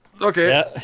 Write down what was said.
Okay